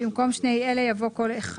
במקום "שני אלה" יבוא "כל אחד".